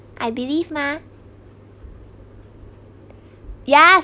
I believe mah yeah